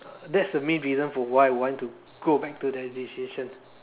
that's the main reason for why I want to go back to that decision